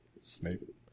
Snape